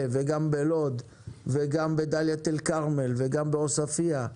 וגם בלוד וגם בדלית אל כרמל וגם בעוספיה,